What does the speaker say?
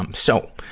um so,